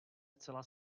zcela